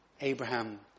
Abraham